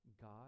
god